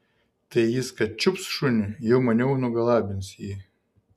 tai jis kad čiups šunį jau maniau nugalabins jį